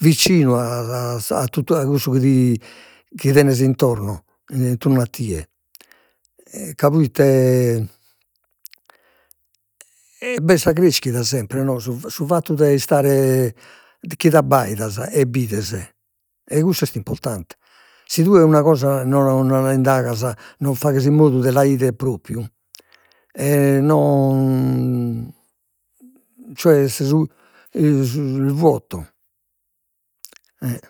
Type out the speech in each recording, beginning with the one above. Vicino a totu a cussu chi ti chi tenes intorno, in tundu a tie, ca proite b'est sa creschida sempre no su su fattu de istare, chi t'abbaidas e bides, e cussu est importante, si tue una cosa non non la indagas, non faghes in modu de la 'idere propriu, e non cioè est su su il vuoto, e,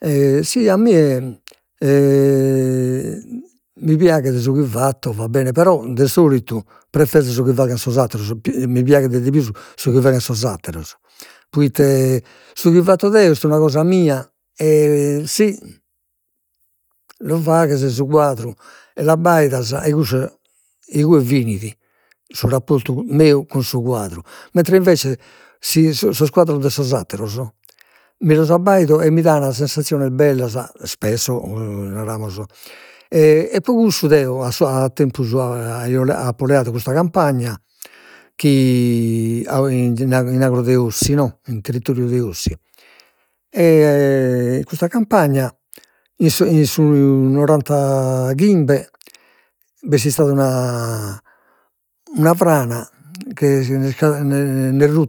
e si a mie mi piaghet su chi fatto, va bene però de solitu preferzo su chi faghen sos atteros, mi piaghet de pius su chi faghen sos atteros, proite su chi fatto deo est una cosa mia, e si lu faghes su quadru e l'abbaidas e cussu igue finit, su rapportu meu cun su quadru, mentre invece si sos quadros de sos atteros mi los abbaido e mi dan sensazziones bellas spesso naramos, e pro cussu deo a sua a tempus apo leadu custa campagna chi in agru in agru de Ossi no, in territoriu de Ossi, custa campagna in in su nonantachimbe b'est istada una frana chi nd'es rutta